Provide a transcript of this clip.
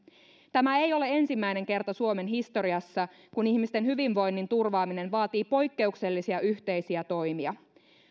tämä ei ole ensimmäinen kerta suomen historiassa kun ihmisten hyvinvoinnin turvaaminen vaatii poikkeuksellisia yhteisiä toimia